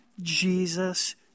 Jesus